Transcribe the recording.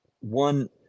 One